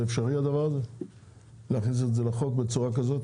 האם זה אפשרי להכניס את זה לחוק בצורה כזאת?